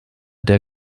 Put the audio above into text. der